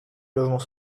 logement